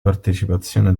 partecipazione